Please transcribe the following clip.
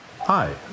Hi